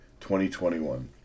2021